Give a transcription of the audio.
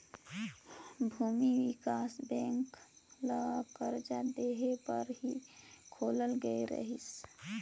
भूमि बिकास बेंक ल करजा देहे बर ही खोलल गये रहीस